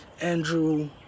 andrew